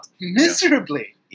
miserably